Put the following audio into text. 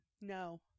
No